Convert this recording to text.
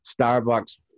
Starbucks